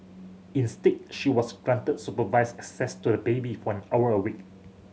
instead she was granted supervised access to the baby for an hour a week